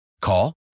Call